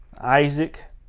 Isaac